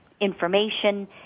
Information